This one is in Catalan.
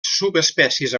subespècies